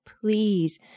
please